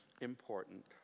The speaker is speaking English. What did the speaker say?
important